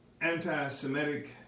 anti-semitic